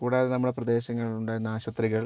കൂടാതെ നമ്മുടെ പ്രദേശങ്ങളിലുണ്ടായിരുന്ന ആശുപത്രികൾ